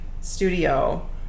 studio